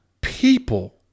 people